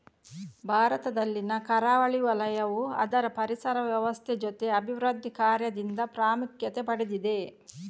ಭಾರತದಲ್ಲಿನ ಕರಾವಳಿ ವಲಯವು ಅದರ ಪರಿಸರ ವ್ಯವಸ್ಥೆ ಜೊತೆ ಅಭಿವೃದ್ಧಿ ಕಾರ್ಯದಿಂದ ಪ್ರಾಮುಖ್ಯತೆ ಪಡೆದಿದೆ